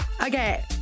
Okay